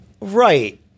Right